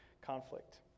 conflict